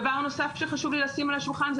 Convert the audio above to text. דבר נוסף שחשוב לי לשים על השולחן זה